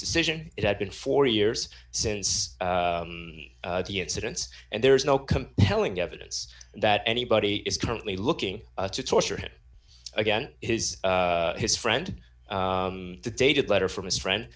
decision it had been four years since the incidents and there is no compelling evidence that anybody is currently looking to torture him again his his friend the dated letter from his friend